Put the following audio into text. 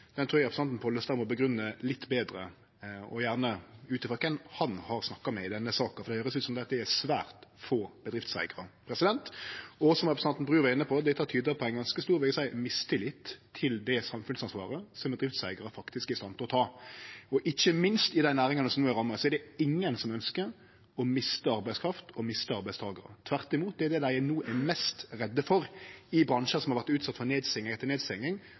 trur eg representanten Pollestad må grunngje litt betre, og gjerne ut frå kven han har snakka med i denne saka, for det kan høyrest ut som om dette er svært få bedriftseigarar. Som representanten Bru var inne på, vil eg seie at dette tyder på ganske stor mistillit til det samfunnsansvaret som bedriftseigarar faktisk er i stand til å ta. Ikkje minst i dei næringane som no er ramma, er det ingen som ønskjer å miste arbeidskraft og arbeidstakarar. Tvert imot: Det dei no er mest redde for i bransjar som har vore utsette for nedstenging etter